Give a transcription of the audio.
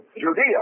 Judea